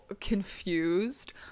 confused